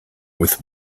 with